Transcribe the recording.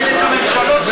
את הממשלות,